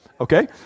Okay